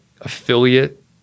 affiliate